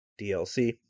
DLC